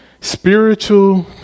spiritual